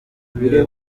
biwe